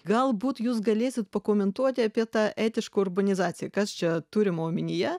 galbūt jūs galėsit pakomentuoti apie tą etišką urbanizaciją kas čia turima omenyje